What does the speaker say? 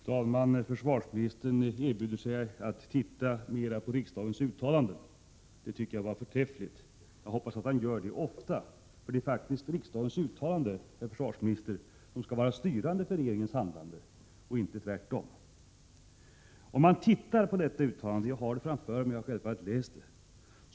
Fru talman! Försvarsministern erbjuder sig att titta närmare på riksdagens uttalande. Jag tycker att det är förträffligt. Jag hoppas att han gör det ofta. Det är faktiskt riksdagens uttalanden, herr försvarsminister, som skall vara styrande för regeringens handlande, och inte tvärtom. Jag har riksdagens uttalande framför mig, och jag har självfallet läst det.